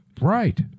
Right